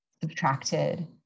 subtracted